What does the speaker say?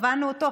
צבענו אותו,